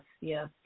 yes